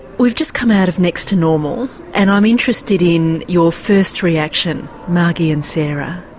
we've just come out of next to normal and i'm interested in your first reaction, margie and sarah.